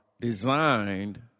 designed